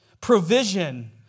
provision